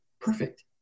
perfect